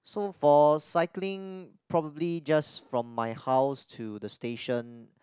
so for cycling probably just from my house to the station